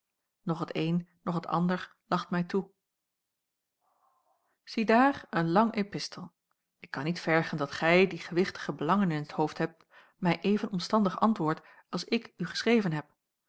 noch het een noch het ander lacht mij toe ziedaar een lange epistel ik kan niet vergen dat gij die gewichtige belangen in t hoofd hebt mij even omstandig antwoordt als ik u geschreven heb